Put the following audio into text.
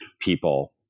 people